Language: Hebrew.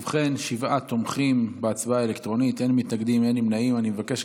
אינו נוכח, חבר הכנסת מאיר כהן, אינו נוכח,